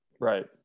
Right